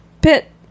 pit